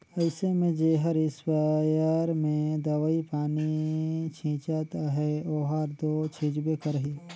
अइसे में जेहर इस्पेयर में दवई पानी छींचत अहे ओहर दो छींचबे करही